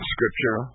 Scripture